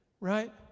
right